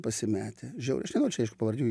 pasimetę žiauriai aš nenoriu čia aišku pavardžių